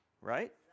right